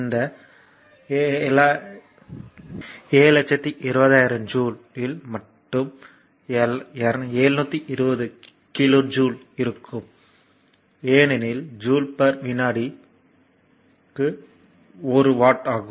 இந்த 720000 ஜூல் இல் மட்டும் 720 கிலோ ஜூல் இருக்கும் ஏனெனில் ஜூல் பர் விநாடி வாட் ஆகும்